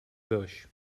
bush